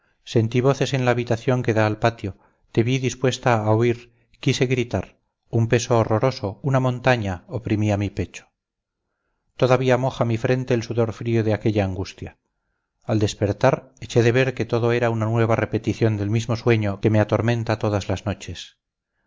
sentí voces en la habitación que da al patio te vi dispuesta a huir quise gritar un peso horroroso una montaña oprimía mi pecho todavía moja mi frente el sudor frío de aquella angustia al despertar eché de ver que todo era una nueva repetición del mismo sueño que me atormenta todas las noches